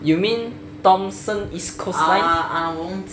you mean thomson east coast Line